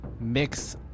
mix